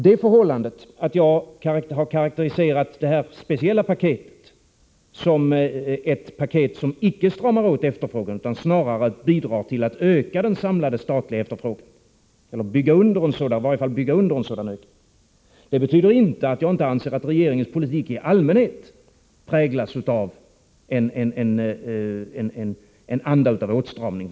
Det förhållandet att jag har karakteriserat det här speciella paketet som en åtgärd som icke stramar åt efterfrågan utan snarare bidrar till att öka den samlade statliga efterfrågan, eller i varje fall bygga under en sådan ökning, betyder inte att jag inte anser att regeringens politik i allmänhet präglas av en anda av åtstramning.